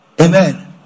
Amen